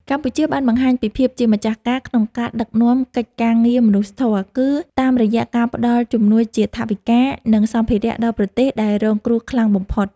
កម្ពុជាបានបង្ហាញពីភាពជាម្ចាស់ការក្នុងការដឹកនាំកិច្ចការងារមនុស្សធម៌ គឺតាមរយៈការផ្តល់ជំនួយជាថវិកា និងសម្ភារៈដល់ប្រទេសដែលរងគ្រោះខ្លាំងបំផុត។